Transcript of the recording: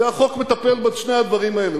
והחוק מטפל בשני הדברים האלה,